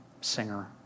singer